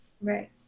Right